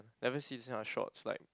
never see this kind of shorts like